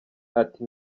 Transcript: ati